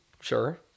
Sure